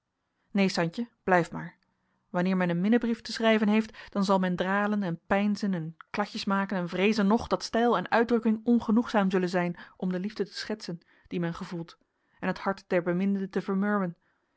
neen santje blijf maar wanneer men een minnebrief te schrijven heeft dan zal men dralen en peinzen en kladjes maken en vreezen nog dat stijl en uitdrukking ongenoegzaam zullen zijn om de liefde te schetsen die men gevoelt en het hart der beminde te vermurwen